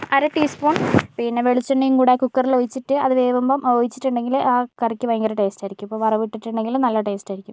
അര teaspoon പിന്നെ വെളിച്ചെണ്ണയും കൂടെ കുക്കറിലൊഴിച്ചിട്ട് അത് വേവുമ്പോൾ ഒഴിച്ചിട്ടുണ്ടങ്കിൽ ആ കറിക്ക് ഭയങ്കര ടേസ്റ്റ് ആയിരിക്കും ഇപ്പോൾ വറവ് ഇട്ടിട്ടുണ്ടങ്കിൽ നല്ല ടേസ്റ്റായിരിക്കും